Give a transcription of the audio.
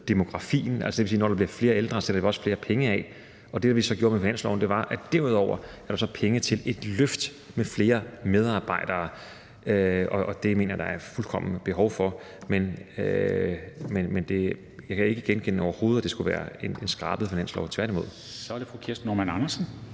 demografien, det vil sige, at når der bliver flere ældre, sætter vi også flere penge af. Og det, vi så gjorde med finansloven, var at gøre sådan, at der derudover er penge til et løft med flere medarbejdere. Og det mener jeg at der fuldkommen er behov for. Men jeg kan overhovedet ikke genkende, at det skulle være en skrabet finanslov – tværtimod. Kl. 12:22 Formanden